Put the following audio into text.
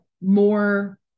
more